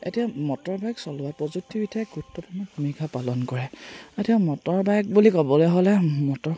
এতিয়া motor bike চলোৱা প্ৰযুক্তিবিদ্যাই গুৰুত্বপূৰ্ণ ভূমিকা পালন কৰে এতিয়া মটৰ বাইক বুলি ক'বলৈ হ'লে মটৰ